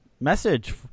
message